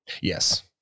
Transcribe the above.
Yes